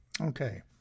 Okay